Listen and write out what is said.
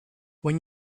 when